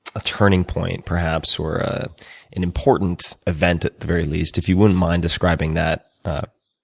a turning point, perhaps, or ah an important event at the very least. if you wouldn't mind describing that,